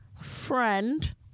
Friend